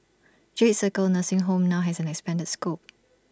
jade circle nursing home now has an expanded scope